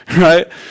Right